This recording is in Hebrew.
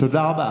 תודה רבה.